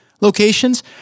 locations